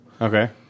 Okay